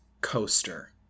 Coaster